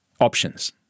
options